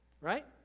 right